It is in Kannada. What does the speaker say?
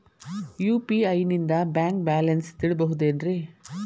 ಯು.ಪಿ.ಐ ನಿಂದ ಬ್ಯಾಂಕ್ ಬ್ಯಾಲೆನ್ಸ್ ತಿಳಿಬಹುದೇನ್ರಿ?